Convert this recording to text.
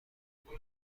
بود